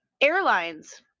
airlines